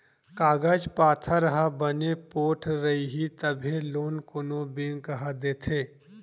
कागज पाथर ह बने पोठ रइही तभे लोन कोनो बेंक ह देथे